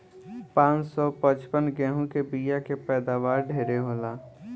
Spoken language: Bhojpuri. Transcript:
पान सौ पचपन गेंहू के बिया के पैदावार ढेरे होला